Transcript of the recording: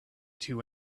two